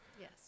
Yes